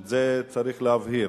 ואת זה צריך להבהיר.